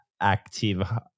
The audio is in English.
active